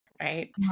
right